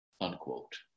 unquote